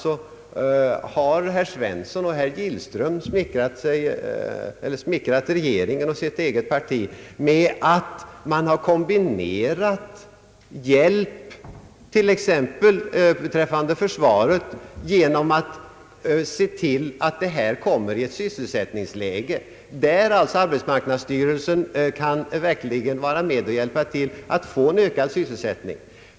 Här har alltså herr Svensson och herr Gillström smickrat regeringen och sitt eget parti för kombinerad hjälp t.ex. beträffande försvaret genom att se till att arbetsmarknadsstyrelsen kan vara med och hjälpa till att skapa en ökad sysselsättning.